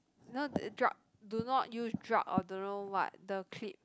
you know the drug do not use drug or don't know what the clip